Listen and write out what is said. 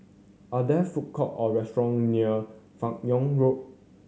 are there food court or restaurant near Fan Yoong Road